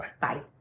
Bye